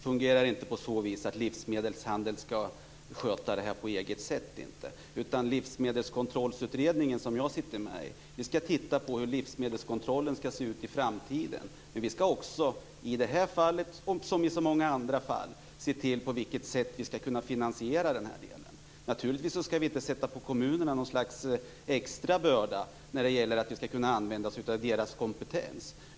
Fru talman! Inte alls. Det fungerar inte så att livsmedelshandeln skall sköta detta på sitt eget sätt. Livsmedelskontrollutredningen - som jag sitter med i - skall titta på hur livsmedelskontrollen skall se ut i framtiden. I det här fallet - som i så många andra fall - skall vi se efter hur vi kan finansiera den här delen. Naturligtvis skall vi inte belasta kommunerna med något slags extra börda, men vi skall kunna använda oss av deras kompetens.